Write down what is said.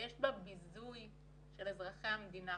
יש בה ביזוי של אזרחי המדינה.